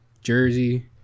Jersey